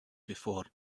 before